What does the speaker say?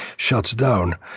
shuts down.